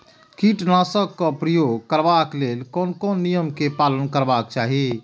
कीटनाशक क प्रयोग करबाक लेल कोन कोन नियम के पालन करबाक चाही?